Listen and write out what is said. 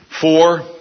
Four